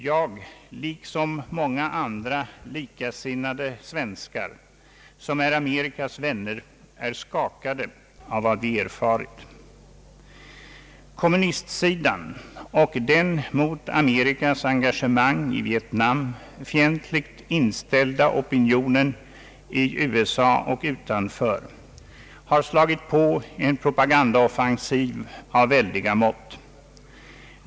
Jag och många likasinnade svenskar, som är Amerikas vänner, är skakade av vad vi erfarit. Kommunistsidan och den mot Amerikas engagemang i Vietnam fientligt inställda opinionen i och utanför USA har slagit på en propagandaoffensiv av väldiga mått.